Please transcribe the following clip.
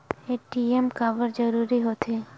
ATM काबर जरूरी हो थे?